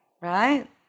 right